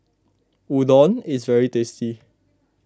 Udon is very tasty